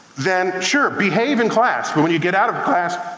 then sure, behave in class. but when you get out of class,